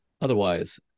otherwise